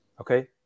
okay